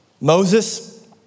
Moses